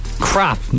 crap